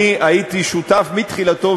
אשתכנע,